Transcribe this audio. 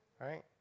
right